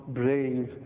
brave